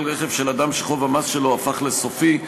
רכב של אדם שחוב המס שלו הפך לסופי,